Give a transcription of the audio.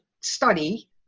study